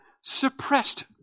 suppressed